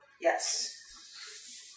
Yes